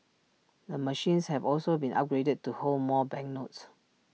the machines have also been upgraded to hold more banknotes